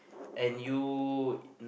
and you